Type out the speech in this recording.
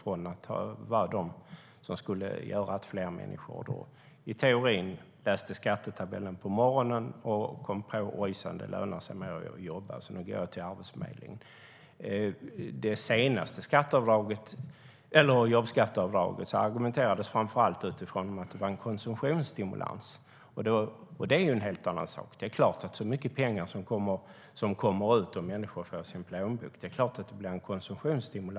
Från början skulle de göra så att fler människor i teorin skulle läsa skattetabellen på morgonen och komma på att "Oj, det lönar sig mer att jobba. Så nu går jag till Arbetsförmedlingen." Det senaste jobbskatteavdraget motiverades framför allt med att det var en konsumtionsstimulans. Och det är en helt annan sak. Det är klart att det blir en konsumtionsstimulans om människor får mycket pengar i sin plånbok.